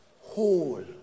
whole